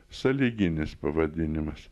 sąlyginis pavadinimas